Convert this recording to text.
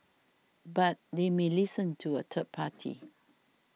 but they may listen to a third party